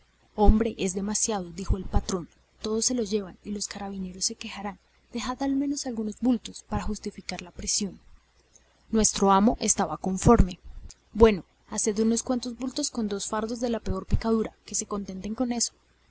hombre es demasiado dijo al patrón todo se lo llevan y los carabineros se quejarán dejad al menos algunos bultos para justificar la aprehensión nuestro amo estaba conforme bueno haced unos cuantos bultos con dos fardos de la peor picadura que se contenten con eso